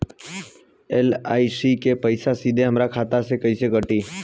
LIC के पईसा सीधे हमरा खाता से कइसे कटी?